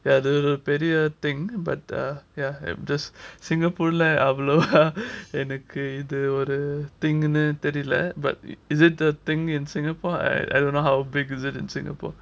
ya அது பெரிய:adhu periya thing but uh ya I'm just singapore lah அவ்ளோவா எனக்கு இது ஒரு:avlovaa enakku idhu oru thing னு தெரியல:nu theriyala but is it the thing in singapore I don't know how big is it in singapore